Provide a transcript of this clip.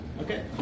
Okay